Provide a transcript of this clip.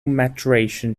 maturation